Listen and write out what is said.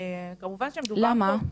כמובן שמדובר פה --- למה?